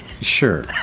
Sure